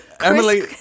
Emily